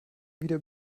wieder